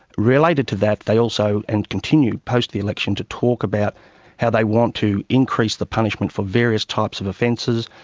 related to that, they also, and continue post the election, to talk about how they want to increase the punishment for various types of offences.